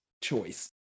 choice